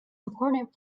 important